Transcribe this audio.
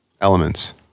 elements